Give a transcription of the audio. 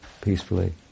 peacefully